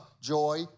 joy